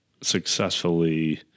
successfully